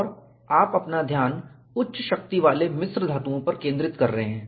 और आप अपना ध्यान उच्च शक्ति वाले मिश्र धातुओं पर केंद्रित कर रहे हैं